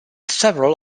several